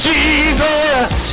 Jesus